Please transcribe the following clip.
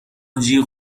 جیغ